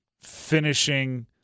finishing